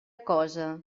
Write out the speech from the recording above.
cosa